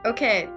Okay